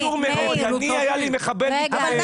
היה לי מחבל מתאבד,